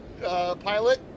pilot